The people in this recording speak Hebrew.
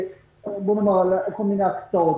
כל מיני הקצאות.